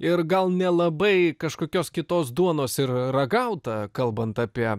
ir gal nelabai kažkokios kitos duonos ir ragauta kalbant apie